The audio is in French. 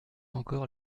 encore